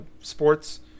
sports